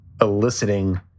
eliciting